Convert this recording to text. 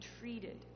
treated